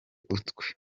utwe